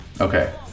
Okay